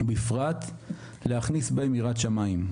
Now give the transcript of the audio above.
בפרט להכניס בהם יראת שמיים.